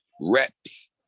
reps